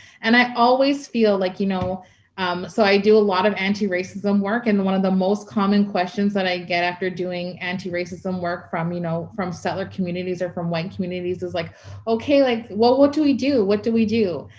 and i always feel like, you know um so i do a lot of anti-racism work, and one of the most common questions that i get after doing anti-racism work from you know from seller communities or white communities, like okay, like what what do we do? what do we do?